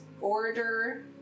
Order